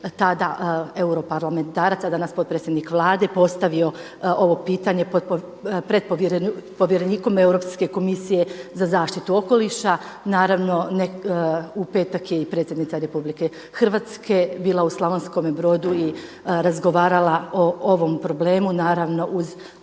tada europarlamentarac, a danas potpredsjednik Vlade postavio ovo pitanje pred povjerenikom Europske komisije za zaštitu okoliša. Naravno u petak je i predsjednica Republike Hrvatske bila u Slavonskome Brodu i razgovarala o ovom problemu naravno uz